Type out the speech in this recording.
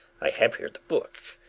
i have here the book,